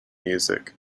music